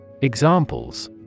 Examples